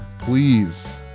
please